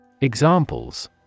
Examples